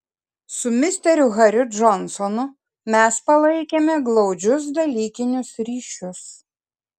su misteriu hariu džonsonu mes palaikėme glaudžius dalykinius ryšius